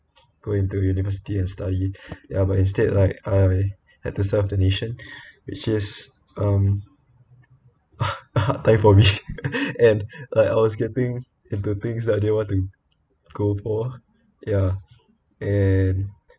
go into university and study ya but instead like I had to serve the nation which is um a hard time for me and like I was getting into things that I didn't want to go for ya and